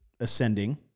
Ascending